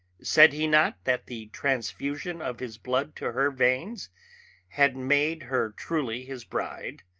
said he not that the transfusion of his blood to her veins had made her truly his bride?